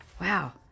Wow